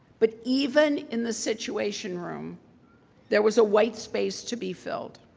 but even in the situation room there was a white space to be filled.